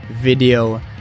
video